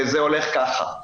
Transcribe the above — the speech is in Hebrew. וזה הולך ככה,